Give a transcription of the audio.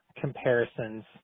comparisons